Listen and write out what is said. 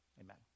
amen